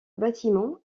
bâtiment